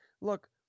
look